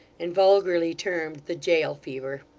and vulgarly termed the jail fever.